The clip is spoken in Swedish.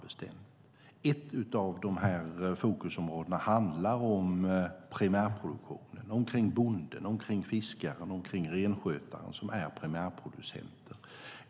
Ett av dem handlar om primärproduktionen, kring bonden, kring fiskaren, kring renskötaren, som är primärproducenten.